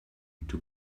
too